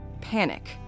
Panic